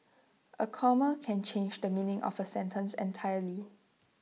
A comma can change the meaning of A sentence entirely